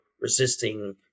resisting